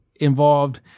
involved